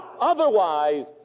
Otherwise